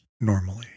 normally